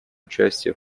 участие